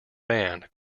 band